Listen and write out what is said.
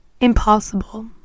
impossible